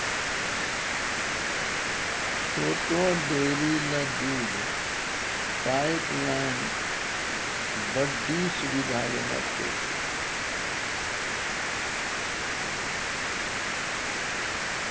छोटो डेयरी ल दूध पाइपलाइन बड्डी सुविधाजनक होय छै